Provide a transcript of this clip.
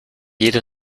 jede